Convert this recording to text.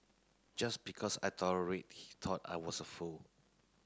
just because I tolerate he thought I was a fool